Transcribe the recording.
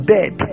Dead